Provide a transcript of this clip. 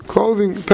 Clothing